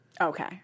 Okay